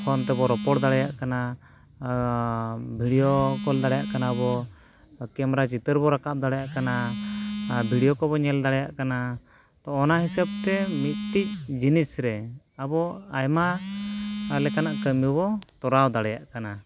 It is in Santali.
ᱯᱷᱳᱱ ᱛᱮᱵᱚᱱ ᱨᱚᱯᱚᱲ ᱫᱟᱲᱮᱭᱟᱜ ᱠᱟᱱᱟ ᱵᱷᱤᱰᱤᱭᱳ ᱠᱚᱞ ᱫᱟᱲᱮᱭᱟᱜ ᱠᱟᱱᱟᱵᱚᱱ ᱠᱮᱢᱮᱨᱟ ᱪᱤᱛᱟᱹᱨ ᱵᱚᱱ ᱨᱟᱠᱟᱵ ᱫᱟᱲᱮᱭᱟᱜ ᱠᱟᱱᱟ ᱟᱨ ᱵᱷᱤᱰᱤᱭᱳ ᱠᱚᱵᱚᱱ ᱧᱮᱞ ᱫᱟᱲᱮᱭᱟᱜ ᱠᱟᱱᱟ ᱛᱚ ᱚᱱᱟ ᱦᱤᱥᱟᱹᱵ ᱛᱮ ᱢᱤᱫᱴᱤᱡ ᱡᱤᱱᱤᱥ ᱨᱮ ᱟᱵᱚ ᱟᱭᱢᱟ ᱞᱮᱠᱟᱱᱟᱜ ᱠᱟᱹᱢᱤ ᱵᱚᱱ ᱛᱚᱨᱟᱣ ᱫᱟᱲᱮᱭᱟᱜ ᱠᱟᱱᱟ